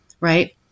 right